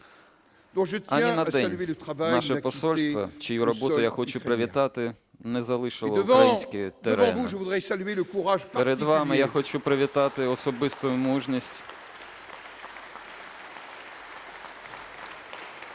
Ані на день наше посольство, чию роботу я хочу привітати, не залишило українські терени. Перед вами я хочу привітати особливу мужність